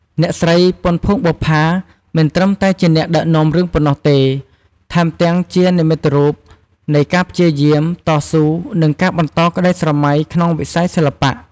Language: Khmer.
អ្នកស្រី ពាន់ ភួងបុប្ផា មិនត្រឹមតែជាអ្នកដឹកនាំរឿងប៉ុណ្ណោះទេ ថែមទាំងជា និមិត្តរូប នៃការព្យាយាម តស៊ូ និងការបន្តក្តីស្រមៃក្នុងវិស័យសិល្បៈ។